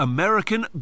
American